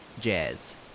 jazz